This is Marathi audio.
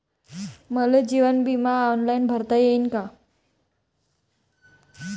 मले जीवन बिमा ऑनलाईन भरता येईन का?